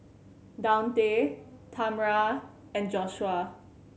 Daunte Tamra and Joshuah